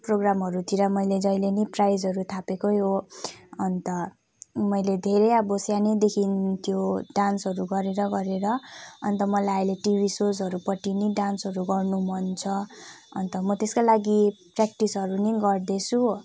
प्रोग्रामहरूतिर मैले जहिले पनि प्राइजहरू थापेकै हो अन्त मैले धेरै अब सानैदेखि त्यो डान्सहरू गरेर गरेर अन्त मलाई अहिले टिभी सोजहरूपट्टि पनि डान्सहरू गर्नु मन छ अन्त म त्यसकै लागि प्र्याक्टिसहरू पनि गर्दैछु